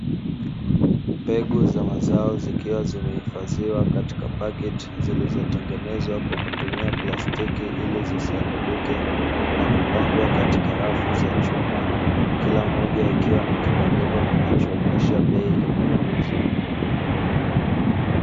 Mbegu za mazao zikiwa zimehifadhiwa katika paketi zilizotengenezwa kwa kutumia plastiki ili zisiharibike na kupangwa katika rafu za chuma, kila mmoja akiwa na kibandikwa kinachoonyesha bei inayouzwa.